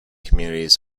communities